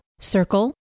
Circle